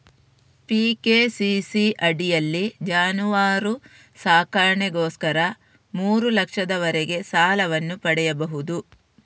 PKCC ಅಡಿಯಲ್ಲಿ ಜಾನುವಾರು ಸಾಕಣೆಗೋಸ್ಕರ ಮೂರು ಲಕ್ಷದವರೆಗೆ ಸಾಲವನ್ನು ಪಡೆಯಬಹುದು